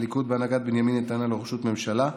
הליכוד בהנהגת בנימין נתניהו לראשות הממשלה,